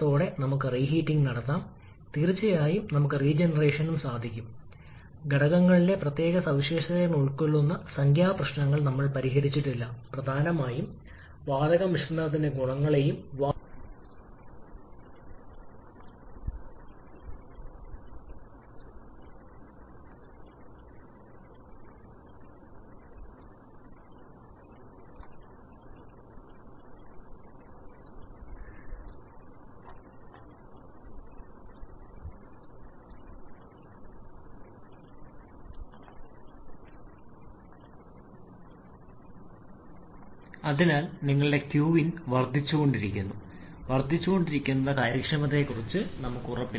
ചൂടാക്കുമ്പോൾ ചൂട് ഇൻപുട്ട് ആവശ്യമാണ് 𝑞𝑤𝑖𝑡 ℎ 𝑟𝑒ℎ𝑒𝑎𝑡 𝑐𝑝 𝑇3 − 𝑇2 𝑐𝑝 𝑇5 − 𝑇4 ജ്വലനത്തിലെ താപ ഇൻപുട്ട് കാരണം മുകളിലുള്ള പദപ്രയോഗത്തിന്റെ ആദ്യ ഭാഗം ഇപ്പോഴും അവിടെയുണ്ട്അറ പക്ഷേ വീണ്ടും ചൂടാക്കാനുള്ള ഭാഗമുണ്ട് അവിടെ രണ്ടാമത്തെ ജ്വലന അറയുണ്ട് രണ്ടാം ഭാഗം കൂടി ചേർക്കേണ്ടതുണ്ട് അതായത് 𝑐𝑝 𝑇5 − 𝑇4 അതിനാൽ നിങ്ങളുടെ ക്വിൻ വീണ്ടും വർദ്ധിച്ചുകൊണ്ടിരിക്കുന്നു അതിനാൽ കാര്യക്ഷമതയെക്കുറിച്ച് നമ്മൾക്ക് ഉറപ്പില്ല